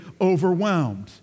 overwhelmed